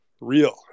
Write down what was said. real